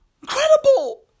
Incredible